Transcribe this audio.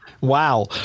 Wow